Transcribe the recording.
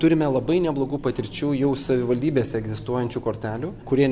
turime labai neblogų patirčių jau savivaldybėse egzistuojančių kortelių kurie